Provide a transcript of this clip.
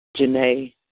Janae